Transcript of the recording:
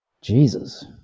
Jesus